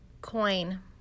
Coin